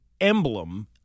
emblem